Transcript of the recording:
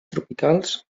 tropicals